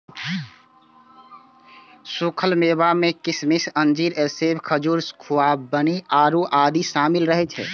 सूखल मेवा मे किशमिश, अंजीर, सेब, खजूर, खुबानी, आड़ू आदि शामिल रहै छै